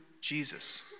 Jesus